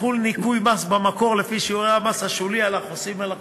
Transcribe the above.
יחול ניכוי מס במקור לפי שיעורי המס השולי החלים על החוסך.